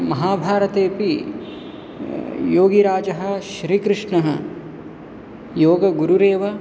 महाभारतेऽपि योगिराजः श्रीकृष्णः योगगुरुरेव